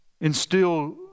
instill